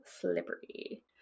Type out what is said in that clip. slippery